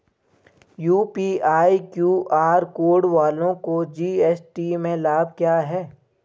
UPI QR code वालों को GST में लाभ क्या है?